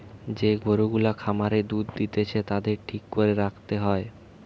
যে গরু গুলা খামারে দুধ দিতেছে তাদের ঠিক করে রাখতে হয়